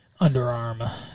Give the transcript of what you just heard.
underarm